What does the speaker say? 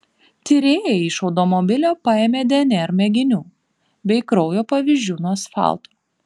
tyrėjai iš automobilio paėmė dnr mėginių bei kraujo pavyzdžių nuo asfalto